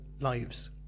lives